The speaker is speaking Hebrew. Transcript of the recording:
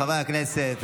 חברי הכנסת,